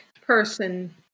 person